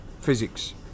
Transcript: physics